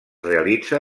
realitza